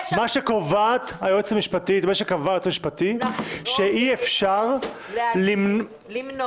מה שקבע היועץ המשפטי זה שאי אפשר למנוע